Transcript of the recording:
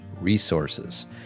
resources